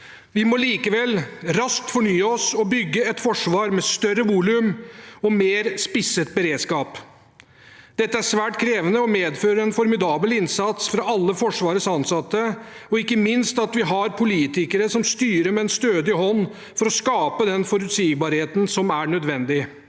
Vi må likevel raskt fornye oss og bygge et forsvar med større volum og mer spisset beredskap. Dette er svært krevende og medfører en formidabel innsats fra alle Forsvarets ansatte, og ikke minst krever det at vi har politikere som styrer med en stødig hånd for å skape den forutsigbarheten som er nødvendig.